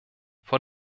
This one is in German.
vor